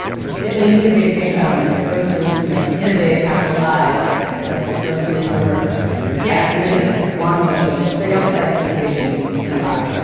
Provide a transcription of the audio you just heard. if if they need a basic income in order to you know innovate, capital i, like let's let's see if it will work. i see. yeah. and they just want to make sure that they don't set expectations too high.